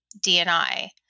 DNI